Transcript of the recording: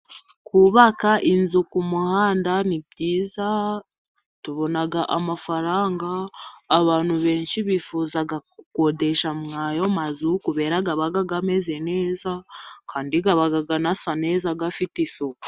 Kubaka inzu ku muhanda ni byiza. Tubona amafaranga, abantu benshi bifuza gukodesha ayo mazu kubera aba ameze neza, kandi aba asa neza afite isuku.